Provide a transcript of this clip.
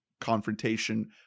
confrontation